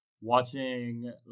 watching